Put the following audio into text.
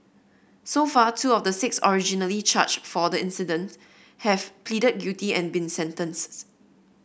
so far two of the six originally charged for the incident have pleaded guilty and been sentenced